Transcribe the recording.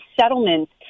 settlements